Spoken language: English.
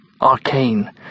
arcane